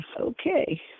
okay